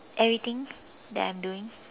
everything that I'm doing